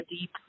deep